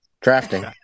Drafting